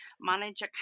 manage